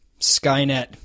Skynet